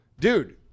dude